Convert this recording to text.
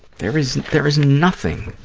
there is there is nothing,